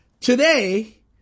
today